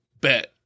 bet